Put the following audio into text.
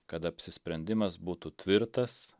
kad apsisprendimas būtų tvirtas